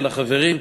של החברים,